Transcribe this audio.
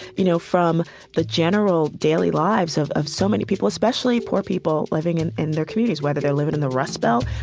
you know, from the general daily lives of of so many people, especially poor people living in in their communities, whether they're living in the rust belt,